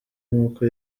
nk’uko